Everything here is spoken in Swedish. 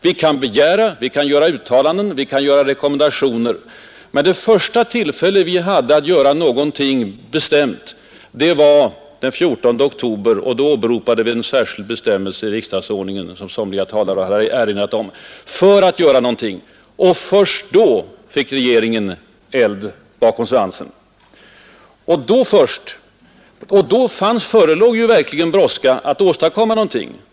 Vi kan begära, vi kan göra uttalanden och rekommendationer, men det första tillfälle vi hade att göra någonting i sak var den 14 oktober. Då åberopade vi en undantagsbestämmelse i riksdagsordningen, som en del talare har erinrat om. Först då fick regeringen ”eld bakom svansen”. Då blev det verkligen bråttom att åstadkomma någonting.